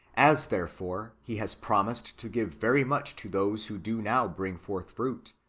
as, therefore, he has promised to give very much to those who do now bring forth fruit,